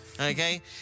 okay